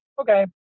okay